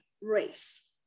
race